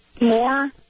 more